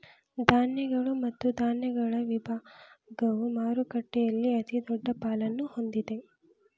ಧಾನ್ಯಗಳು ಮತ್ತು ಧಾನ್ಯಗಳ ವಿಭಾಗವು ಮಾರುಕಟ್ಟೆಯಲ್ಲಿ ಅತಿದೊಡ್ಡ ಪಾಲನ್ನು ಹೊಂದಿದೆ